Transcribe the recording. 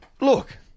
Look